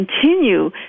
continue